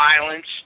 violence